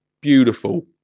beautiful